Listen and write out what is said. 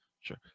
Sure